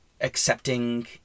accepting